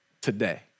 today